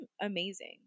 amazing